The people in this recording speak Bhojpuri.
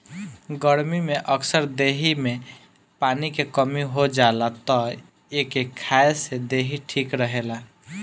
गरमी में अक्सर देहि में पानी के कमी हो जाला तअ एके खाए से देहि ठीक रहेला